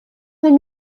cinq